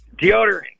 Deodorant